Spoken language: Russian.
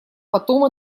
потом